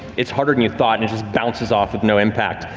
it's harder than you thought and it just bounces off with no impact.